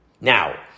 Now